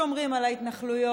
שומרים על ההתנחלויות,